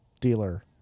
dealer